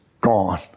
gone